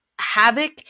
havoc